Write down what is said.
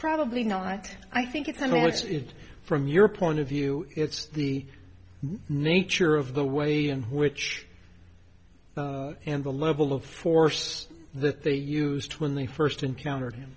probably not i think it's i mean it's from your point of view it's the nature of the way in which and the level of force that they used when they first encountered him